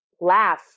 laugh